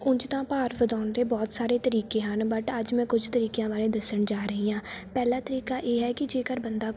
ਉਂਝ ਤਾਂ ਭਾਰ ਵਧਾਉਣ ਦੇ ਬਹੁਤ ਸਾਰੇ ਤਰੀਕੇ ਹਨ ਬਟ ਅੱਜ ਮੈਂ ਕੁਝ ਤਰੀਕਿਆਂ ਬਾਰੇ ਦੱਸਣ ਜਾ ਰਹੀ ਹਾਂ ਪਹਿਲਾ ਤਰੀਕਾ ਇਹ ਹੈ ਕਿ ਜੇਕਰ ਬੰਦਾ